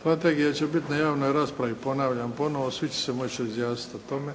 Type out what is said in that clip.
Strategija će biti na javnoj raspravi ponavljam ponovo, svi će se moći izjasniti o tome